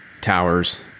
towers